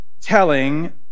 telling